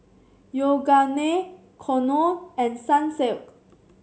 Yoogane Knorr and Sunsilk